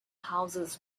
houses